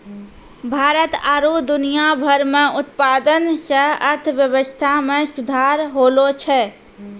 भारत आरु दुनिया भर मे उत्पादन से अर्थव्यबस्था मे सुधार होलो छै